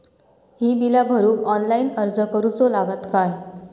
ही बीला भरूक ऑनलाइन अर्ज करूचो लागत काय?